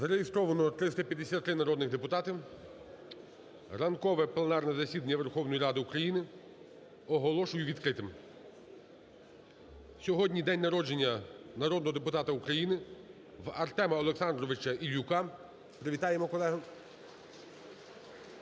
Зареєстровано 353 народних депутати. Ранкове пленарне засідання Верховної Ради України оголошую відкритим. Сьогодні день народження народного депутата України в Артема Олександровича Ільюка. Привітаємо колегу.